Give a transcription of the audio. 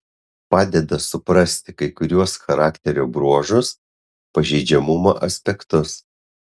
padeda suprasti kai kuriuos charakterio bruožus pažeidžiamumo aspektus